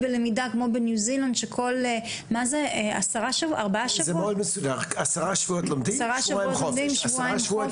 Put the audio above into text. בניו זילנד זה מאוד מסודר: עשרה שבועות לומדים ושבועיים חופש.